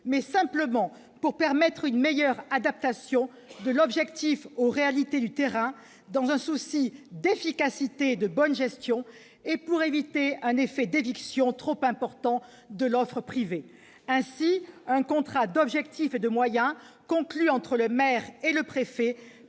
mais simplement pour permettre une meilleure adaptation de l'objectif aux réalités du terrain, dans un souci d'efficacité et de bonne gestion, et pour éviter un effet d'éviction trop important de l'offre privée. Ainsi, un contrat d'objectifs et de moyens conclu entre le maire et le préfet